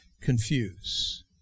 confuse